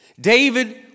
David